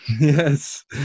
Yes